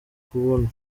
kubonwa